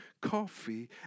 coffee